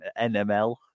nml